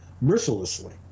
mercilessly